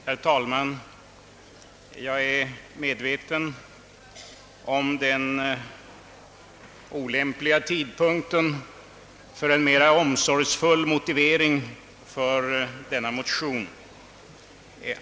Herr talman! Jag är medveten om den olämpliga tidpunkten för en mera omsorgsfull motivering för denna motion.